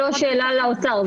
זו לא שאלה לאוצר,